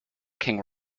king